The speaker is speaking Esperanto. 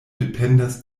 dependas